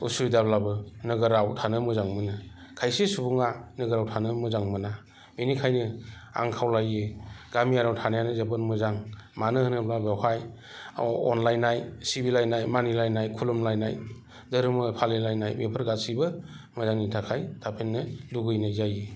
उसुबिदाब्लाबो नोगोराव थानो मोजां मोनो खायसे सुबुङा नोगोराव थानो मोजां मोना बिनिखायनो आं खावलायो गामियारियाव थानायानो जोबोद मोजां मानो होनोब्ला बेवहाय अनलायनाय सिबिलायनाय मानिलायनाय खुलुमलायनाय धोरोम फालिलायनाय बेफोर गासिबो मोजांनि थाखाय थाफैनो लुगैनाय जायो